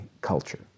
culture